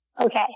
okay